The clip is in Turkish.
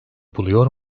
buluyor